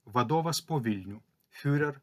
vadovas po vilnių fiurer